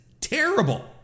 terrible